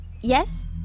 Yes